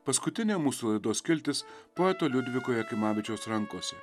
paskutinė mūsų laidos skiltis poeto liudviko jakimavičiaus rankose